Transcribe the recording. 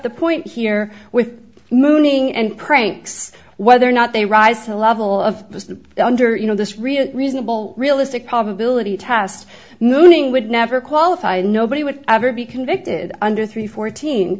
the point here with mooning and pranks whether or not they rise to the level of under you know this real reasonable realistic probability test mooning would never qualify and nobody would ever be convicted under three fourteen